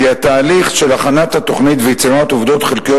כי התהליך של הכנת התוכנית ויצירת עובדות חלקיות